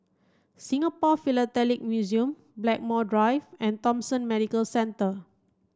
Singapore Philatelic Museum Blackmore Drive and Thomson Medical Centre